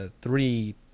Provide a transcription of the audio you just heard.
three